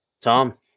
Tom